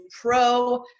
pro